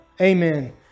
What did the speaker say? amen